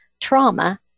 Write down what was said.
trauma